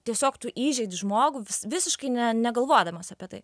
tiesiog tu įžeidi žmogų visiškai ne negalvodamas apie tai